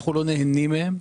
ואנחנו לא נהנים מהן.